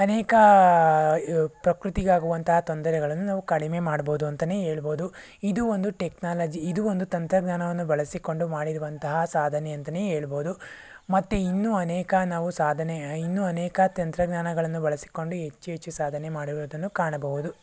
ಅನೇಕ ಯ ಪ್ರಕೃತಿಗಾಗುವಂತಹ ತೊಂದರೆಗಳನ್ನು ನಾವು ಕಡಿಮೆ ಮಾಡಬಹುದು ಅಂತಲೇ ಹೇಳಬಹುದು ಇದು ಒಂದು ಟೆಕ್ನಾಲಜಿ ಇದು ಒಂದು ತಂತ್ರಜ್ಞಾನವನ್ನು ಬಳಸಿಕೊಂಡು ಮಾಡಿರುವಂತಹ ಸಾಧನೆ ಅಂತಲೇ ಹೇಳಬಹುದು ಮತ್ತು ಇನ್ನೂ ಅನೇಕ ನಾವು ಸಾಧನೆ ಇನ್ನೂ ಅನೇಕ ತಂತ್ರಜ್ಞಾನಗಳನ್ನು ಬಳಸಿಕೊಂಡು ಹೆಚ್ಚು ಹೆಚ್ಚು ಸಾಧನೆ ಮಾಡಿರುವುದನ್ನು ಕಾಣಬಹುದು